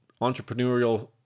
entrepreneurial